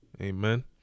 amen